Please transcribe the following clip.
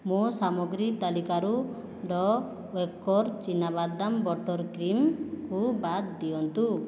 ମୋ ସାମଗ୍ରୀ ତାଲିକାରୁ ଡ ଓଏତ୍କର ଚିନାବାଦାମ ବଟର୍ କ୍ରିମ୍କୁ ବାଦ ଦିଅନ୍ତୁ